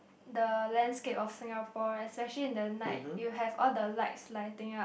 the landscape of Singapore especially in the night you have all the lights lighting up